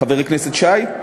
חברי נחמן שי,